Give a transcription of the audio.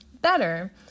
Better